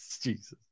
Jesus